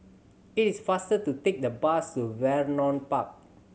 it is faster to take the bus to Vernon Park